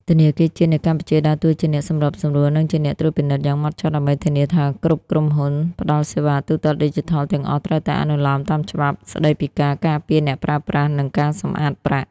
ធនាគារជាតិនៃកម្ពុជាដើរតួជាអ្នកសម្របសម្រួល និងជាអ្នកត្រួតពិនិត្យយ៉ាងហ្មត់ចត់ ដើម្បីធានាថាគ្រប់ក្រុមហ៊ុនផ្ដល់សេវាទូទាត់ឌីជីថលទាំងអស់ត្រូវតែអនុលោមតាមច្បាប់ស្ដីពីការការពារអ្នកប្រើប្រាស់ និងការសម្អាតប្រាក់។